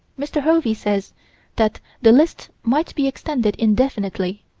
mr. hovey says that the list might be extended indefinitely.